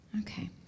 Okay